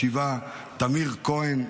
בשבעה: תמיר כהן,